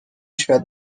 świat